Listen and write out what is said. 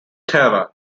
terra